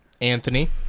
Anthony